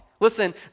Listen